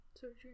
surgery